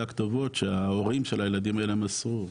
הכתובות שההורים של הילדים האלה מסרו.